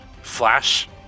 flash